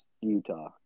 Utah